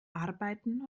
arbeiten